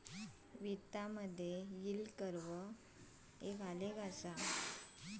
वित्तामधे yield curve एक आलेख असा